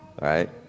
right